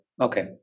Okay